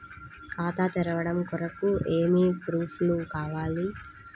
ఖాతా తెరవడం కొరకు ఏమి ప్రూఫ్లు కావాలి?